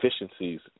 efficiencies